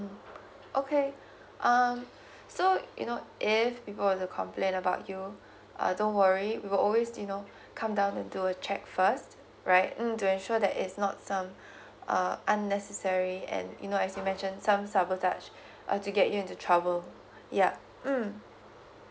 okay um so um you know uh if people were to complaint about you uh don't worry we will always you know come down and do a check first right um to ensure that is not some uh unnecessary and you know as you mentioned some sabotage uh to get you into trouble yeah mm